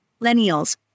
millennials